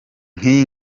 nk’iyi